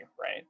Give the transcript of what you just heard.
right